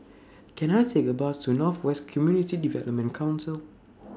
Can I Take A Bus to North West Community Development Council